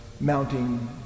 mounting